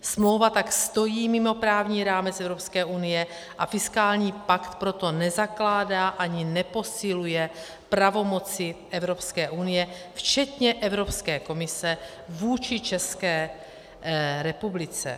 Smlouva tak stojí mimo právní rámec Evropské unie, a fiskální pakt proto nezakládá ani neposiluje pravomoci Evropské unie včetně Evropské komise vůči České republice.